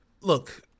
look